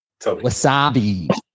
Wasabi